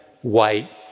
white